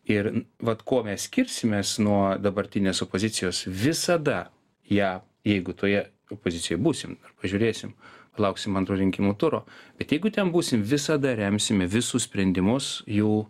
ir vat kuo mes skirsimės nuo dabartinės opozicijos visada ją jeigu toje pozicijoj būsim pažiūrėsim palauksim antro rinkimų turo bet jeigu ten būsim visada remsime visus sprendimus jų